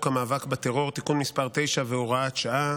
המאבק בטרור (תיקון מס' 9 והוראת שעה),